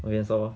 okay 你收 lor